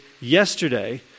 yesterday